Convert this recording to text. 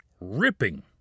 ripping